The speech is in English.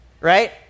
right